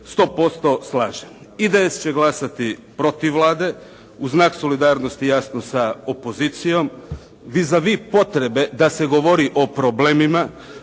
100% slažem. IDS će glasati protiv Vlade u znak solidarnosti, jasno sa opozicijom. Vis a vis potrebe da se govori o problemima,